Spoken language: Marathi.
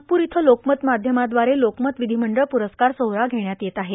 नागपूर इथं लोकमत माध्यमाद्वारे लोकमत विधीमंडळ पुरस्कार सोहळा घेण्यात येत आहे